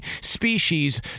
species